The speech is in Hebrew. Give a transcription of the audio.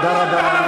תודה רבה.